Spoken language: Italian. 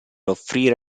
offrire